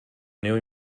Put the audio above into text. neo